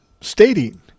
stating